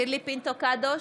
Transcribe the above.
קדוש,